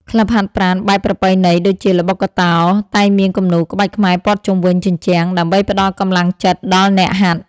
ក្លឹបហាត់ប្រាណបែបប្រពៃណី ដូចជា ល្បុក្កតោ តែងមានគំនូរក្បាច់ខ្មែរព័ទ្ធជុំវិញជញ្ជាំងដើម្បីផ្ដល់កម្លាំងចិត្តដល់អ្នកហាត់។